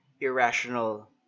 irrational